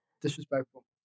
disrespectful